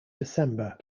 december